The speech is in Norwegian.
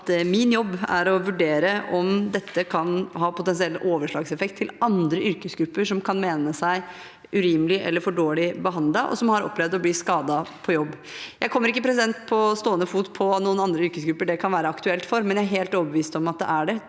min jobb er å vurdere om dette kan ha potensiell overslagseffekt til andre yrkesgrupper som kan mene seg urimelig eller for dårlig behandlet, og som har opplevd å bli skadet på jobb. Jeg kommer ikke på stående fot på noen andre yrkesgrupper det kan være aktuelt for, men jeg er helt overbevist om at det er det,